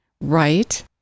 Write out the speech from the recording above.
right